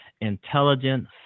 intelligent